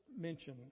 mention